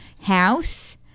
house